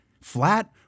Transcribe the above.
flat